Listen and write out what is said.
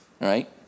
right